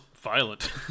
violent